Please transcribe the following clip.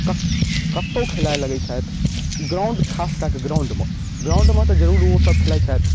क कतहु खेलाइ लगै छथि ग्राउण्ड खासकऽ कऽ ग्राउण्डमे ग्राउण्डमे तऽ जरूर ओसभ खेलाइ छथि